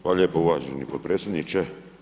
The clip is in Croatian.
Hvala lijepo uvaženi potpredsjedniče.